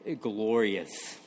glorious